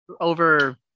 over